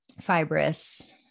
fibrous